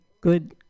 Good